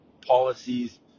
policies